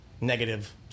negative